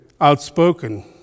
outspoken